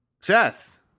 Seth